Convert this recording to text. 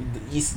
the its